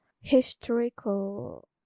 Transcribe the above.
historical